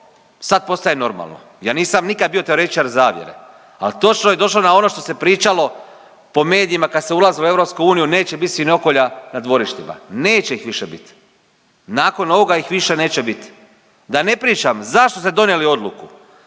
sad postaje normalno. Ja nisam nikad bio teoretičar zavjere, al točno je došlo na ono što se pričalo po medijima kad se ulazilo u EU neće bit svinjokolja na dvorištima. Neće ih više bit, nakon ovoga ih više neće bit, da ne pričam zašto ste donijeli odluku